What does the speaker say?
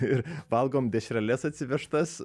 ir valgom dešreles atsivežtas